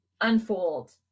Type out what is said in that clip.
unfold